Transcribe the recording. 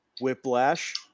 Whiplash